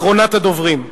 אחרונת הדוברים.